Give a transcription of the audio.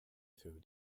through